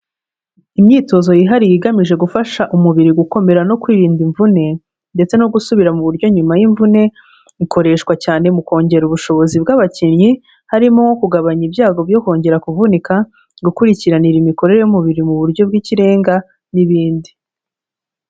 Imyitozo yihariye igamije gufasha umubiri gukomera no kwirinda imvune, ndetse no gusubira mu buryo nyuma y'imvune, ikoreshwa cyane mu kongera ubushobozi bw'abakinnyi, harimo kugabanya ibyago byo kongera kuvunika, gukurikiranira imikorere y'umubiri mu buryo bw'ikirenga n'ibindi.